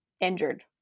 injured